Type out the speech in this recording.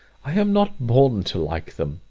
i am not born to like them.